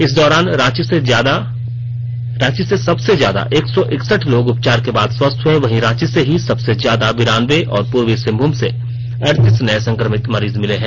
इस दौरान रांची से सबसे ज्यादा एक सौ इकसठ लोग उपचार के बाद स्वस्थ हुए वहीं रांची से ही सबसे ज्यादा बिरान्बे और पूर्वी सिंहभूम से अड़तीस नए संक्रमित मरीज मिले हैं